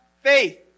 faith